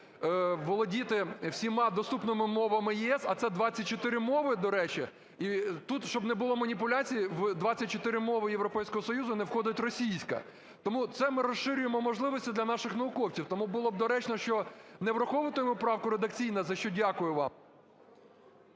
володіти всіма доступними мовами ЄС, а це 24 мови, до речі. І тут, щоб не було маніпуляцій, в 24 мови Європейського Союзу не входить російська. Тому це ми розширюємо можливості для наших науковців. Тому було б доречно, що не враховувати поправку редакційно, за що дякую вам…